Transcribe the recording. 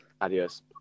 Adios